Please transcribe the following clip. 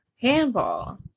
Handball